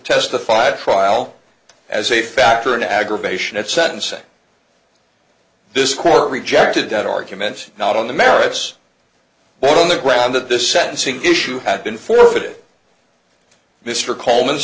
testified trial as a factor in aggravation at sentencing this court rejected that argument not on the merits but on the ground that the sentencing issue had been forfeited mr coleman's